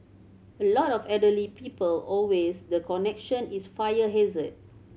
a lot of elderly people always the connection is fire hazard